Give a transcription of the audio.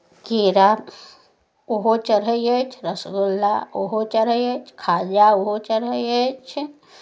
केरा ओहो चढ़ै अछि रसगुल्ला ओहो चढ़ै अछि खाजा ओहो चढ़ै अछि